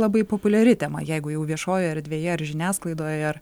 labai populiari tema jeigu jau viešojoje erdvėje ar žiniasklaidoje ar